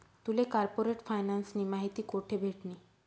तुले कार्पोरेट फायनान्सनी माहिती कोठे भेटनी?